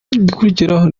igikurikiraho